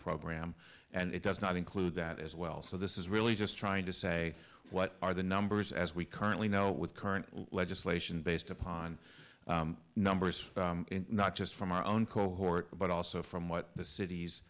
program and it does not include that as well so this is really just trying to say what are the numbers as we currently know with current legislation based upon numbers not just from our own cohort but also from what the cit